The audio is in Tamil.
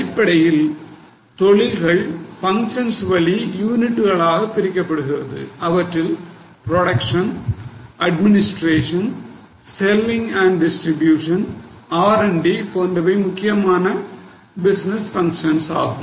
அடிப்படையில் தொழில்கள் பங்க்ஷன்ஸ் வழி யூனிட்களாக பிரிக்கப்படுகிறது அவற்றில் production administration selling and distribution R and D போன்றவை முக்கியமான பிசினஸ் பங்க்ஷன்ஸ் ஆகும்